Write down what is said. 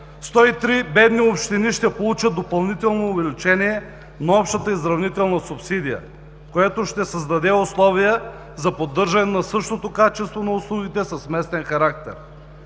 103 бедни общини ще получат допълнително увеличение на общата изравнителна субсидия, което ще създаде условия за поддържане на същото качество на услугите с местен характер.